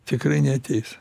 tikrai neateis